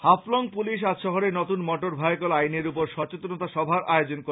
Haflong police আজ শহরে নতুন মোটর ভেইকল আইনের ওপর সচেতনতা সভার আয়োজন করে